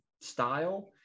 style